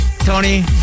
Tony